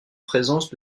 présence